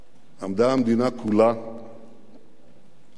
עמדה המדינה כולה מאוחדת,